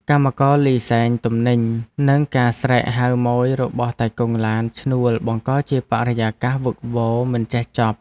កម្មករលីស៊ែងទំនិញ និងការស្រែកហៅម៉ូយរបស់តៃកុងឡានឈ្នួលបង្កជាបរិយាកាសវឹកវរមិនចេះចប់។